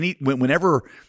whenever